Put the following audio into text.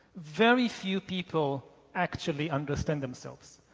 very few people actually understand themselves.